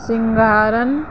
सिंघारनि